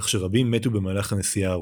כך שרבים מתו במהלך הנסיעה הארוכה.